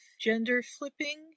gender-flipping